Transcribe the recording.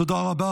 תודה רבה.